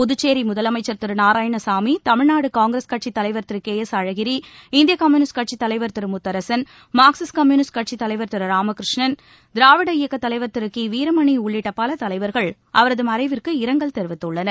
புதுச்சேரி முதலமைச்ச் திரு நாராயணசாமி தமிழ்நாடு காங்கிரஸ் கட்சித்தவைா் திரு கே எஸ் அழகிரி இந்திய கம்யூனிஸ்ட் கட்சித் தலைவர் திரு முத்தரசன் மார்க்சிஸ்ட் கம்யூனிஸ்ட் கட்சித் தலைவர் திரு ராமகிருஷ்ணன் திராவிட இயக்கத் தலைவா் திரு கி வீரமணி உள்ளிட்ட பல தலைவா்கள் அவரது மறைவிற்கு இரங்கல் தெரிவித்துள்ளனர்